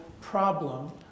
problem